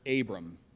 Abram